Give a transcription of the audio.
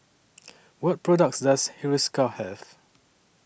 What products Does Hiruscar Have